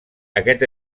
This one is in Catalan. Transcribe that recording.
aquest